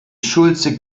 schulze